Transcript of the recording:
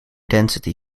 density